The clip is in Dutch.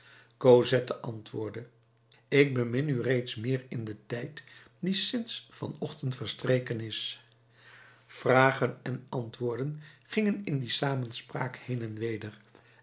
cosette antwoordde ik bemin u reeds meer in den tijd die sinds van ochtend verstreken is vragen en antwoorden gingen in die samenspraak heen en weder